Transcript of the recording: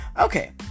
okay